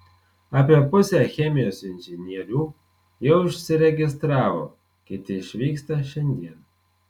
apie pusę chemijos inžinierių jau išsiregistravo kiti išvyksta šiandien